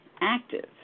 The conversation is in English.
active